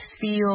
feel